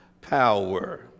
power